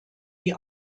die